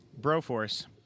*Broforce*